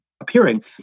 appearing